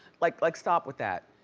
like like stop with that.